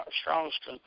strongest